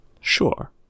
sure